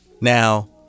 Now